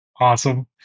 Awesome